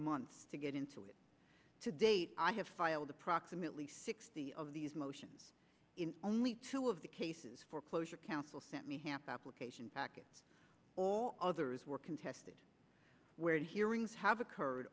months to get into it to date i have filed approximately sixty of these motions in only two of the cases foreclosure council sent me half application package all others were contested where the hearings have occurred